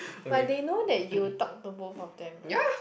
but they know you talk to both of them right